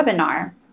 webinar